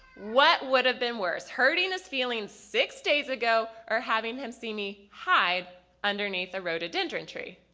what would've been worse hurting his feelings six days ago? or having him see me hide underneath a rhododendron tree.